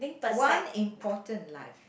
one important life